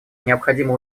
необходимо